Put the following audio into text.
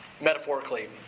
metaphorically